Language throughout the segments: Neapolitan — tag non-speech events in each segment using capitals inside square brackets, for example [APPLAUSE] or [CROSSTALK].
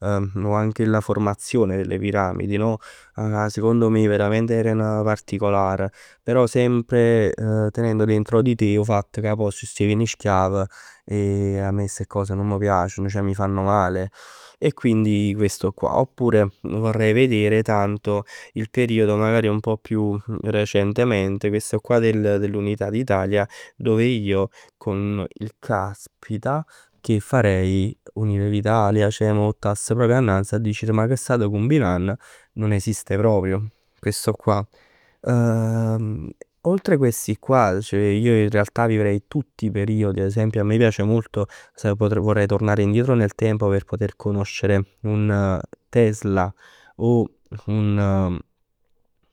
Anche la formazione delle Piramidi no? Ca secondo me veramente erano particolar. Però sempre tenendo dentro di te 'o fatto ca pò c' steven 'e schiav e a me ste cose nun m' piaceno, ceh m' fann mal. E quindi questo qua. Oppure vorrei vedere tanto il periodo magari un pò più recentemente. Il periodo dell'Unità d'Italia, dove io con il caspita che fare unire l'Italia, ceh m' vuttass proprio annanz a dicere ma che stat cumbinann, non esiste proprio questo qua. [HESITATION] Oltre questi qua io vivrei tutti i periodi, ad esempio a me piace molto, vorrei tornare indietro nel tempo per poter conoscere un Tesla, o un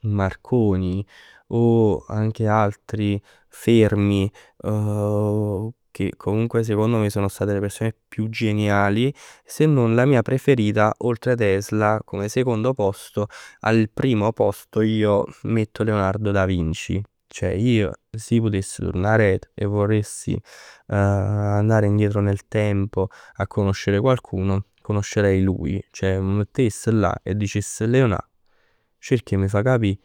Marconi, o anche altri Fermi, [HESITATION] o che comunque sono state le persone più geniali. Se non la mia preferita oltre Tesla al secondo posto, al primo posto io metto Leonardo da Vinci. Ceh io si putess turnà aret e volessi [HESITATION] andare indietro nel tempo e conoscere qualcuno, conoscerei lui, cioè m' mettess là e dicess Leonà cerc 'e m' fa capì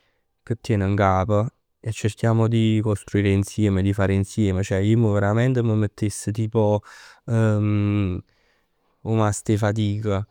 che tien ngap e cerchiamo di costruire e di fare insieme. Ceh ij verament m' mettess tipo [HESITATION] 'o mast 'e fatic.